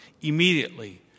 immediately